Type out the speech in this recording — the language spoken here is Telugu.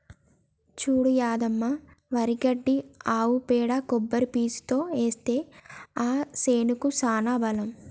చూడు యాదమ్మ వరి గడ్డి ఆవు పేడ కొబ్బరి పీసుతో ఏస్తే ఆ సేనుకి సానా బలం